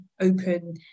open